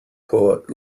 poet